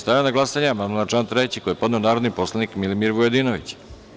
Stavljam na glasanje amandman na član 3. koji je podneo narodni poslanik Milimir Vujadinović.